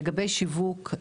לגבי שיווק,